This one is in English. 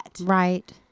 Right